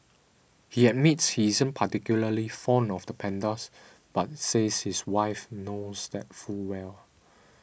he admits he isn't particularly fond of the pandas but says his wife knows that full well